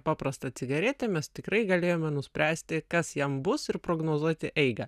paprastą cigaretę mes tikrai galėjome nuspręsti kas jam bus ir prognozuoti eigą